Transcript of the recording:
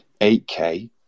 8K